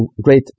great